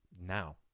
now